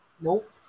nope